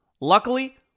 Luckily